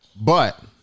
But-